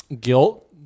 Guilt